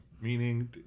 Meaning